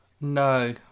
No